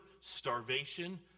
starvation